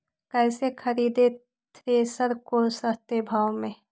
कैसे खरीदे थ्रेसर को सस्ते भाव में?